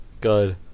Good